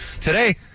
Today